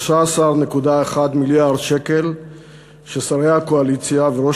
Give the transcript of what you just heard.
13.1 מיליארד שקל ששרי הקואליציה וראש